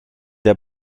der